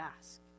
ask